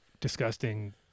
disgusting